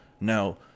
Now